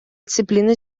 disciplina